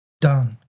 done